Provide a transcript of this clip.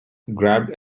grabbed